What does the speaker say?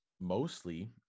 Mostly